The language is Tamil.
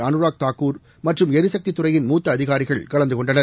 அனுராக் தாக்கூர் மற்றும் ளிசக்தி துறையின் மூத்த அதிகாரிகள் கலந்து கொண்டனர்